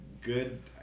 good